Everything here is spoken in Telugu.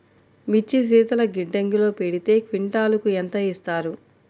మిర్చి శీతల గిడ్డంగిలో పెడితే క్వింటాలుకు ఎంత ఇస్తారు?